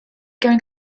going